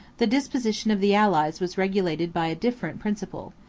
the disposition of the allies was regulated by a different principle.